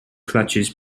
clutches